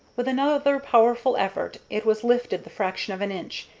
with another powerful effort it was lifted the fraction of an inch,